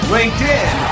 LinkedIn